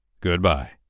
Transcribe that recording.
Goodbye